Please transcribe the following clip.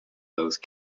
those